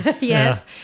Yes